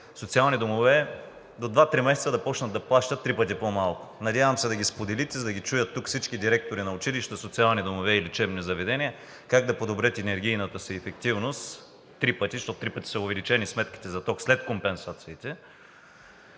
социални домове до два-три месеца да започнат да плащат три пъти по-малко. Надявам се да ги споделите, за да ги чуят тук всички директори на училища, социални домове и лечебни заведения как да подобрят енергийната си ефективност три пъти, защото три пъти са увеличени сметките за ток след компенсациите.